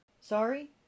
Sorry